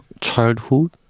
Childhood